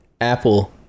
apple